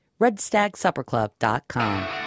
Redstagsupperclub.com